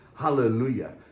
hallelujah